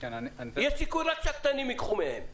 יש רק סיכוי שהקטנים ייקחו מהם.